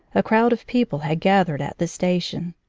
a crowd of people had gathered at the station.